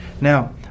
Now